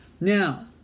now